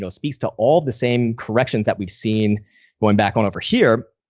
so speaks to all the same corrections that we've seen going back on over here.